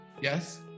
yes